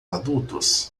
adultos